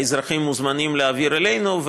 האזרחים מוזמנים להעביר אלינו,